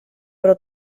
però